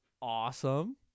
awesome